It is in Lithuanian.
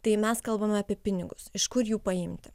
tai mes kalbame apie pinigus iš kur jų paimti